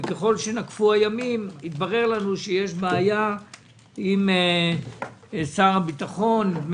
וככל שנקפו הימים התברר לנו שיש בעיה עם שר הביטחון.